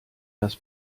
das